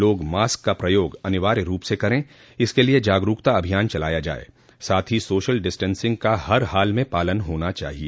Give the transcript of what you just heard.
लोग मास्क का प्रयोग अनिवार्य रूप से कर इसके लिये जागरूकता अभियान चलाया जाये साथ ही सोशल डिस्टेंसिंग का हर हाल में पालन होना चाहिए